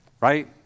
Right